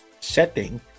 setting